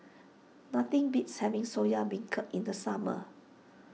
nothing beats having Soya Beancurd in the summer